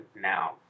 now